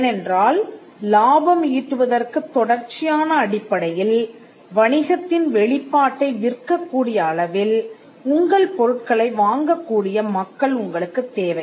ஏனென்றால் லாபம் ஈட்டுவதற்குத் தொடர்ச்சியான அடிப்படையில் வணிகத்தின் வெளிப்பாட்டை விற்கக்கூடிய அளவில் உங்கள் பொருட்களை வாங்கக் கூடிய மக்கள் உங்களுக்குத் தேவை